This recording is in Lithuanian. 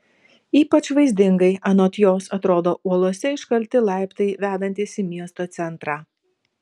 ypač vaizdingai anot jos atrodo uolose iškalti laiptai vedantys į miesto centrą